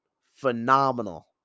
phenomenal